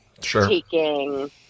taking